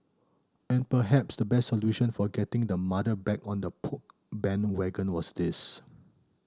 and perhaps the best solution for getting the mother back on the Poke bandwagon was this